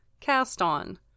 cast-on